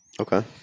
Okay